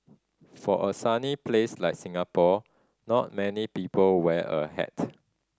for a sunny place like Singapore not many people wear a hat